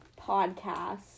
podcast